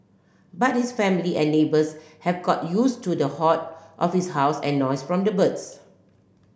but his family and neighbours have got used to the hoard of his house and noise from the birds